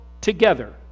together